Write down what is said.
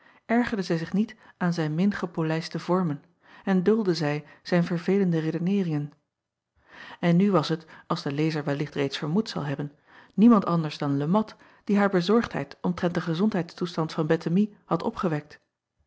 ergerde zij zich niet aan zijn min gepolijste vormen en duldde zij zijn verveelende redeneeringen n nu was het als de lezer wellicht reeds vermoed zal hebben niemand anders dan e at die haar bezorgdheid omtrent den gezondheidstoestand van ettemie had opgewekt